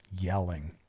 yelling